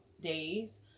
days